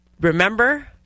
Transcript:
remember